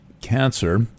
Cancer